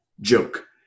joke